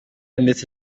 ndetse